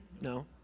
No